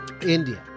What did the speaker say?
India